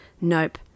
Nope